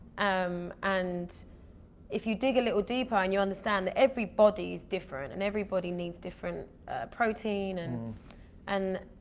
um and if you dig a little deeper and you understand that every body is different and every body needs different protein. and and